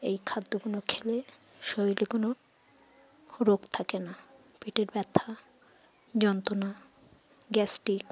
এই খাদ্যগুলো খেলে শরীরে কোনো রোগ থাকে না পেটের ব্যথা যন্ত্রণা গ্যাস্ট্রিক